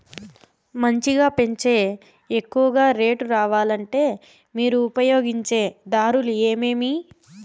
మంచిగా పెంచే ఎక్కువగా రేటు రావాలంటే మీరు ఉపయోగించే దారులు ఎమిమీ?